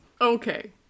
Okay